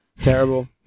terrible